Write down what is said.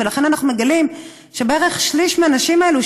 ולכן אנחנו מגלים שבערך שליש מהנשים האלה,